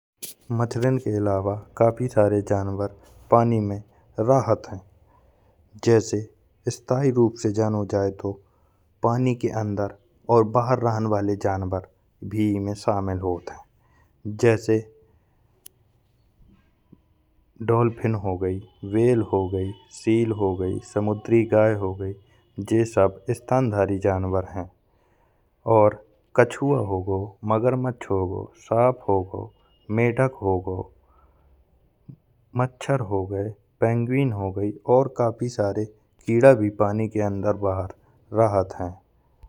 मछलीन के अलावा काफी सारे जानवर पानी के नीचे रहत हैं। जैसे स्थाई रूप से जानो जाए तो पानी के अंदर और बाहर रहन वाले जानवर भी इमें शामिल होत हैं। जैसे डॉल्फिन हो गई व्हेल हो गई सील हो गई समुदरी गाय हो गई। जे सब स्तनधारी जानवर हैं और जैसे कछुवा हो गओ, मगरमच्छ हो गओ। साँप हो गओ, मेढ़क हो गओ, मच्छर हो गए, पेंगुइन हो गई और काफी सारे कीड़ा भी पानी के अंदर बाहर रहत हैं।